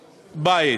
בית.